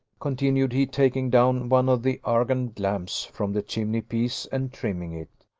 continued he, taking down one of the argand lamps from the chimney-piece, and trimming it,